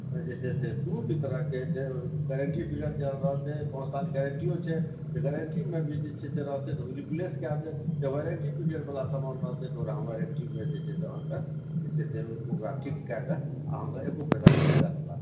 जे छै से कोनो भी तरहकेँ जहन गारण्टी पिरियड रहतै तहन छओ साल गारण्टीओ छै गारण्टीमे भी रहतै तऽ रिप्लेस कए देब जहन गारण्टी पीरियड वला समान रहते तऽ ओकरा हम वारण्टीमे जे छै से अहाँकेॅं जे छै से ओकरा ठीक कए कऽ अहाँकेॅं एको पैसाके खर्चा नहि लागत